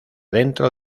dentro